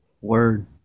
Word